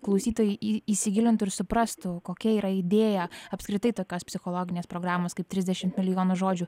klausytojai į įsigilintų ir suprastų kokia yra idėja apskritai tokios psichologinės programos kaip trisdešim milijonų žodžių